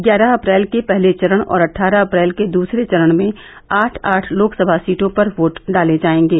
ग्यारह अप्रैल के पहले चरण और अट़टारह अप्रैल के दूसरे चरण में आठ आठ लोकसभा सीटों पर वोट डाले जायेंगे